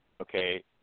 okay